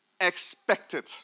expected